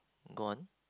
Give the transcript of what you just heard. gone